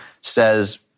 says